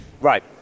Right